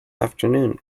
afternoon